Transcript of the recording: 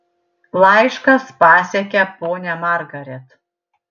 laiškas pasiekė ponią margaret